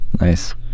Nice